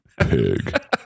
pig